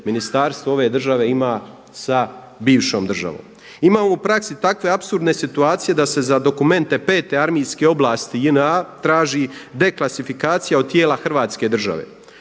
ministarstvo ove države ima sa bivšom državom. Imamo u praksi takve apsurdne situacije da se za dokumente pete armijske oblasti JNA traži deklasifikacija od tijela Hrvatske države.